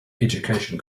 education